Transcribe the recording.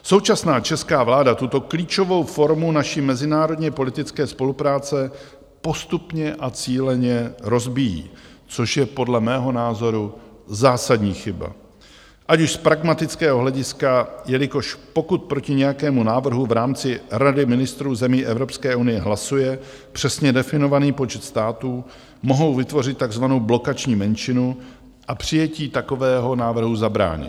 Současná česká vláda tuto klíčovou formu naší mezinárodněpolitické spolupráce postupně a cíleně rozbíjí, což je podle mého názoru zásadní chyba, ať už z pragmatického hlediska, jelikož pokud proti nějakému návrhu v rámci Rady ministrů zemí Evropské unie hlasuje přesně definovaný počet států, mohou vytvořit takzvanou blokační menšinu a přijetí takového návrhu zabránit.